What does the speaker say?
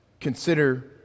consider